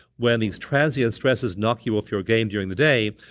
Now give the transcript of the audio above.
when these transient stresses knock you off your game during the day,